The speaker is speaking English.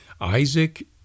Isaac